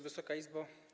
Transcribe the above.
Wysoka Izbo!